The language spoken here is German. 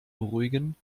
beruhigen